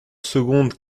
second